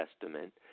testament